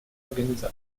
организации